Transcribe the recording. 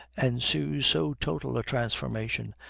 ensues so total a transformation,